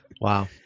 Wow